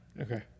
okay